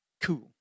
cool